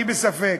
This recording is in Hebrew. אני בספק.